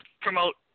promote